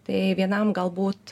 tai vienam galbūt